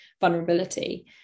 vulnerability